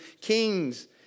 kings